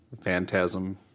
phantasm